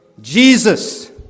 Jesus